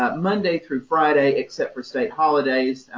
ah monday through friday, except for state holidays,